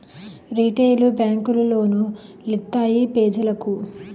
retail బేంకులు loan లిత్తాయి పెజలకు